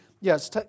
yes